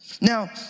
Now